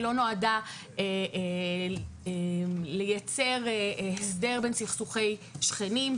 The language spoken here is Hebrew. היא לא נועדה לייצר הסדר בין סכסוכי שכנים.